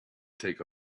take